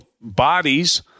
bodies